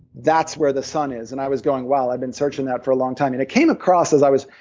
that's where the sun is. and i was going, wow, i've been searching that for a long time. it it came across as i was.